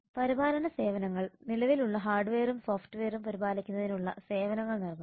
പരിപാലന സേവനങ്ങൾ നിലവിലുള്ള ഹാർഡ്വെയറും സോഫ്റ്റ്വെയറും പരിപാലിക്കുന്നതിനുള്ള സേവനങ്ങൾ നൽകുന്നു